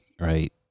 Right